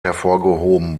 hervorgehoben